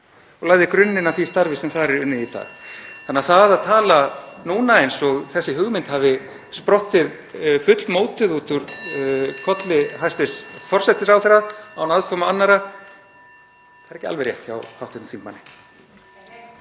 og lagði grunninn að því starfi sem þar er unnið í dag. Þannig að það að tala núna eins og þessi hugmynd hafi sprottið fullmótuð út úr kolli hæstv. forsætisráðherra án aðkomu annarra er ekki alveg rétt hjá hv. þingmanni.